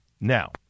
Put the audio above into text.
Now